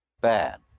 Bad